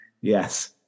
Yes